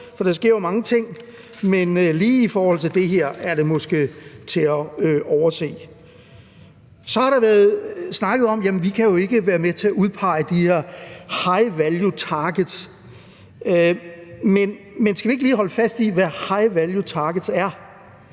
for der sker jo mange ting – men lige i forhold til det her er det måske til at overse. Så har der været snakket om, at vi jo ikke kan være med til at udpege de her high value targets. Men skal vi lige holde fast i, hvad high value targets er?